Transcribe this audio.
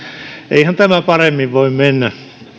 eihän tämä paremmin voi mennä